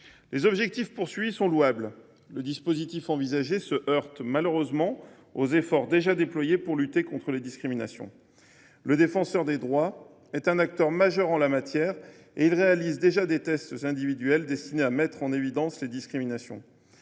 Ces objectifs sont louables ; le dispositif envisagé se heurte malheureusement aux efforts déjà déployés pour lutter contre les discriminations. Le Défenseur des droits est en la matière un acteur majeur et il réalise déjà des tests individuels dont l’objet est de mettre en évidence les discriminations.